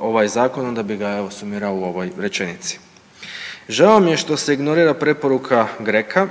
ovaj Zakon, onda bi ga evo, sumirao u ovoj rečenici. Žao mi je što se ignorira preporuka GRECO-a